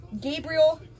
Gabriel